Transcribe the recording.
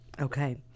okay